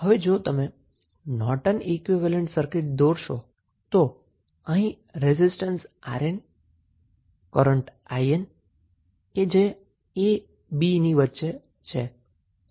હવે જો તમે નોર્ટન ઈક્વીવેલેન્ટ સર્કીટ દોરશો તો અહીં રેઝિસ્ટન્સ 𝑅𝑁 કરન્ટ 𝐼𝑁 કે જે a b ની વચ્ચે છે